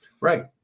Right